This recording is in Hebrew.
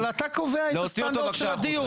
אבל אתה קובע את הסטנדרט של הדיון.